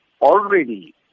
already